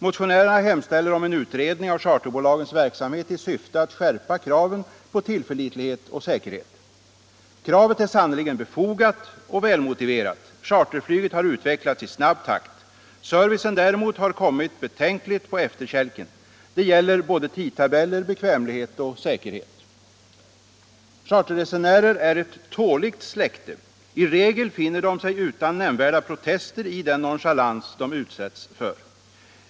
Motionärerna hemställer om en utredning av charterbolagens verksamhet i syfte att skärpa kraven på tillförlitlighet och säkerhet. Kravet är sannerligen befogat och välmotiverat. Charterflyget har utvecklats i snabb takt. Servicen däremot har kommit betänkligt på efterkälken. Det gäller både tidtabeller, bekvämlighet och säkerhet. ——=—. Charterresenärer är ett tåligt släkte. I regel finner de sig utan nämnvärda protester i den nonchalans de utsätts för.